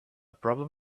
problem